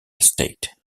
state